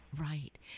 Right